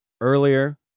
earlier